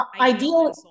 Ideal